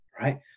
right